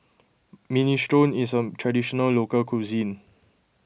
Minestrone is a Traditional Local Cuisine